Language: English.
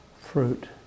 fruit